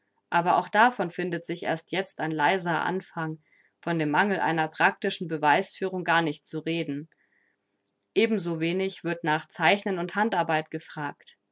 aber auch davon findet sich erst jetzt ein leiser anfang von dem mangel einer practischen beweisführung gar nicht zu reden ebensowenig wird nach zeichnen und handarbeit gefragt